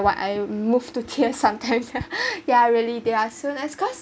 what I moved to tears sometimes yeah really they are so nice cause